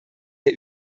der